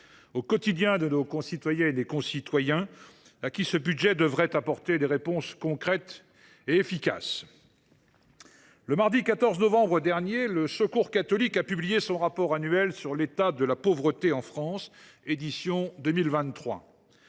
au quotidien de nos concitoyens, à qui ce budget devrait apporter des réponses concrètes et efficaces. Le mardi 14 novembre, le Secours catholique a publié son rapport annuel sur l’état de la pauvreté en France, dont